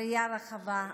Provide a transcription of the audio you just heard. ראייה רחבה,